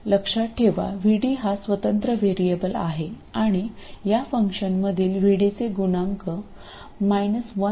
लक्षात ठेवा VD हा स्वतंत्र व्हेरिएबल आहे आणि या फंक्शनमधील VD चे गुणांक 1R आहे